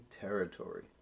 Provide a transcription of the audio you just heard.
territory